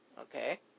okay